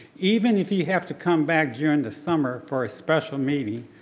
even if you have to come back during the summer for a special meeting,